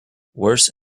worse